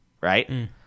right